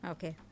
Okay